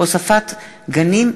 הוספת גנים,